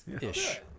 ish